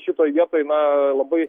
šitoj vietoj na labai